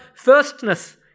firstness